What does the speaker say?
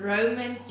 Roman